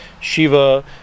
Shiva